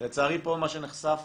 לצערי נחשף פה